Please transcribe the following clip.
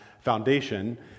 foundation